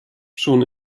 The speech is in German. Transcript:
schon